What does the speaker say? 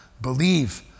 believe